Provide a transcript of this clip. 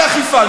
אכיפה.